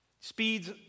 speeds